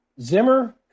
Zimmer